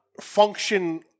function